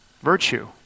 virtue